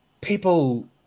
people